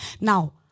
Now